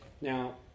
Now